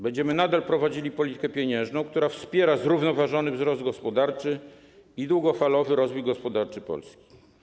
Będziemy nadal prowadzili politykę pieniężną, która wspiera zrównoważony wzrost gospodarczy i długofalowy rozwój gospodarczy Polski.